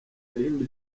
irindi